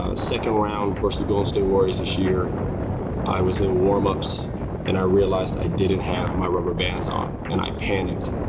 ah second round versus golden state warriors this year i was in warm ups and i realized i didn't have my rubber bands on, and i panicked.